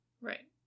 Right